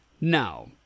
Now